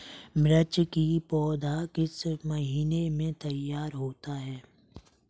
मिर्च की पौधा किस महीने में तैयार होता है?